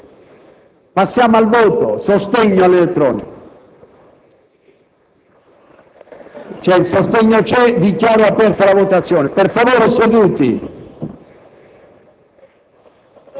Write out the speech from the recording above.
**Il Senato non approva.**